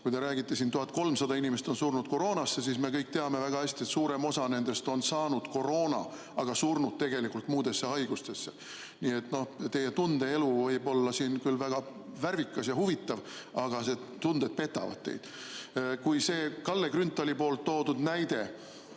Kui te räägite siin, et 1300 inimest on surnud koroonasse, siis me kõik teame väga hästi, et suurem osa nendest on küll saanud koroona, aga surnud muusse haigusesse. Nii et teie tundeelu võib olla küll väga värvikas ja huvitav, aga tunded petavad teid. Ka see Kalle Grünthali toodud näide